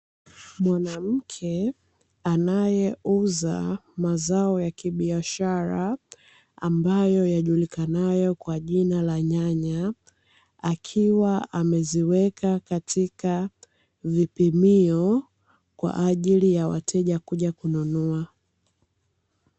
Mwanamke anayeuza mazao ya kibiashara ambayo yanajulikanayo kwa jina la nyanya, akiwa amezieka katika vipimio kwa ajili ya wateja kuja kununua.